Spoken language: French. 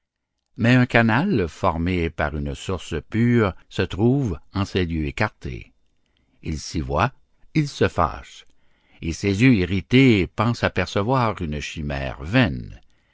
mais un canal formé par une source pure se trouve en ces lieux écartés il se voit il se fâche et ses yeux irrités pensent apercevoir une chimère vaine